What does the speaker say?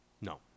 No